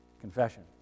Confession